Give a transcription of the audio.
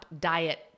diet